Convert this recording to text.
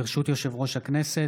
ברשות יושב-ראש הכנסת,